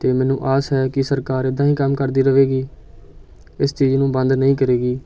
ਅਤੇ ਮੈਨੂੰ ਆਸ ਹੈ ਕਿ ਸਰਕਾਰ ਇੱਦਾਂ ਹੀ ਕੰਮ ਕਰਦੀ ਰਹੇਗੀ ਇਸ ਚੀਜ਼ ਨੂੰ ਬੰਦ ਨਹੀਂ ਕਰੇਗੀ